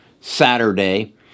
Saturday